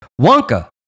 Wonka